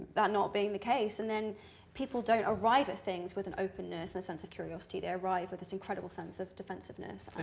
that not being the case and then people don't arrive at things with an openness and a sense of curiosity they arrive with it's incredible sense of defensiveness